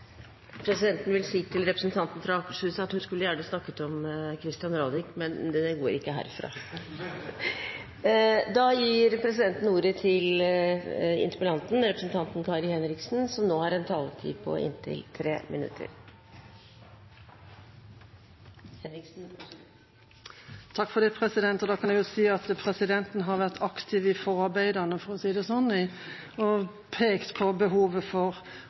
Presidenten vil si til representanten fra Akershus at hun gjerne skulle ha snakket om «Christian Radich», men det går ikke herfra. Da gir presidenten ordet til interpellanten, representanten Kari Henriksen, som nå har en taletid på inntil 3 minutter. Da kan jeg jo si at presidenten har vært aktiv i forarbeidene, for å si det slik, og pekt på behovet for